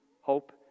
hope